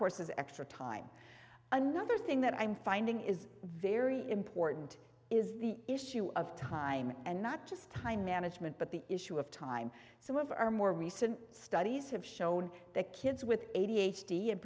course is extra time another thing that i'm finding is very important is the issue of time and not just time management but the issue of time some of our more recent studies have shown that kids with a